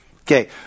Okay